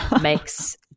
makes